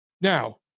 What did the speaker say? Now